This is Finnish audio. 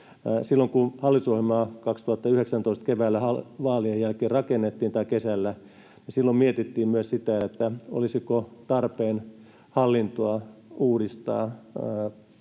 Silloin, kun hallitusohjelmaa 2019 keväällä — tai kesällä — vaalien jälkeen rakennettiin, niin silloin mietittiin myös sitä, olisiko tarpeen hallintoa uudistaa